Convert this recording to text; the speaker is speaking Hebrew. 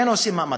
כן עושים מאמצים,